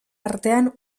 artean